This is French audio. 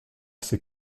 ses